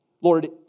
Lord